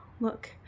Look